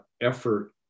effort